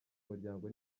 muryango